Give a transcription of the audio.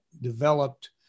developed